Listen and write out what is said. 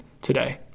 today